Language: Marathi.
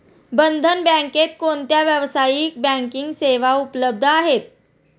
बंधन बँकेत कोणत्या व्यावसायिक बँकिंग सेवा उपलब्ध आहेत?